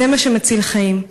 זה מה שמציל חיים.